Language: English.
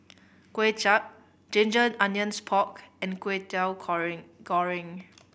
Kway Chap ginger onions pork and kwetiau goreng